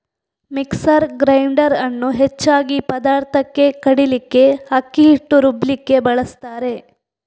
mixer grinder ಅನ್ನು ಹೆಚ್ಚಾಗಿ ಪದಾರ್ಥಕ್ಕೆ ಕಡೀಲಿಕ್ಕೆ, ಅಕ್ಕಿ ಹಿಟ್ಟು ರುಬ್ಲಿಕ್ಕೆ ಬಳಸ್ತಾರೆ